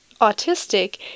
autistic